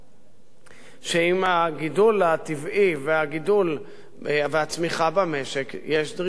שעם הגידול הטבעי והצמיחה במשק יש דרישה ויותר צריכה.